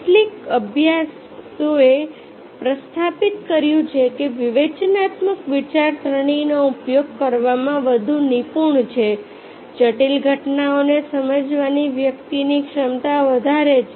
કેટલાક અભ્યાસોએ પ્રસ્થાપિત કર્યું છે કે વિવેચનાત્મક વિચારસરણીનો ઉપયોગ કરવામાં વધુ નિપુણ છે જટિલ ઘટનાઓને સમજવાની વ્યક્તિની ક્ષમતા વધારે છે